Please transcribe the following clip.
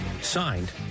signed